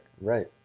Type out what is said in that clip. Right